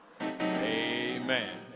Amen